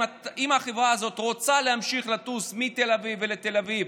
אם החברה הזאת רוצה להמשיך לטוס מתל אביב ולתל אביב,